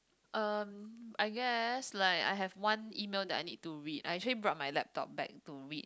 um I guess like I have one email that I need to read I actually brought my laptop back to read